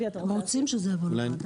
אני היועץ המשפטי של רשות המים.